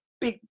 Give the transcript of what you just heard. big